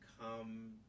come